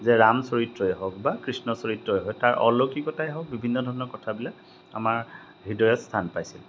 যে ৰাম চৰিত্ৰই হওক বা কৃষ্ণ চৰিত্ৰই হওক তাৰ অলৌকিকতাই হওক বিভিন্ন ধৰণৰ কথাবিলাক আমাৰ হৃদয়ত স্থান পাইছিল